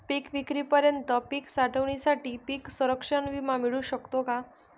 पिकविक्रीपर्यंत पीक साठवणीसाठी पीक संरक्षण विमा मिळू शकतो का?